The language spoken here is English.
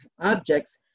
objects